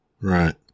Right